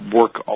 work